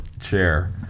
chair